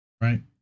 Right